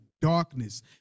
darkness